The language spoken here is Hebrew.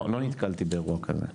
לא נתקלתי באירוע כזה.